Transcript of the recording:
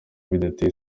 bidateye